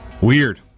Weird